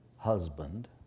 husband